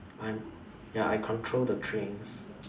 I'm ya I control the trains